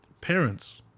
parents